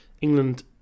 England